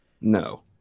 no